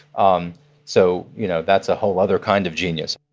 um so you know, that's a whole other kind of genius